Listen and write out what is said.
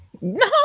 No